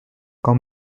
quand